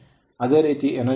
ಅದೇ ರೀತಿ energy loss 0